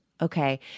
Okay